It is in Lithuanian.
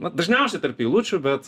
na dažniausiai tarp eilučių bet